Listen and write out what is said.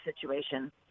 situation